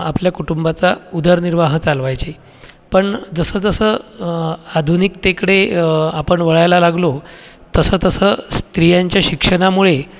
आपल्या कुटुंबाचा उदरनिर्वाह चालवायचे पण जसंजसं आधुनिकतेकडे आपण वळायला लागलो तसंतसं स्त्रियांच्या शिक्षणामुळे